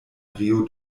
rio